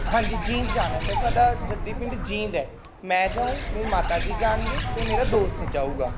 ਹਾਂਜੀ ਜੀਂਦ ਜਾਣਾ ਸਰ ਸਾਡਾ ਜੱਦੀ ਪਿੰਡ ਜੀਂਦ ਹੈ ਮੈਂ ਜਾਊਂ ਮੇਰੀ ਮਾਤਾ ਜੀ ਜਾਣਗੇ ਅਤੇ ਮੇਰਾ ਦੋਸਤ ਜਾਵੇਗਾ